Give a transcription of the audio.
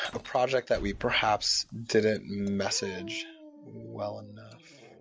a project that we perhaps didn't message well enough.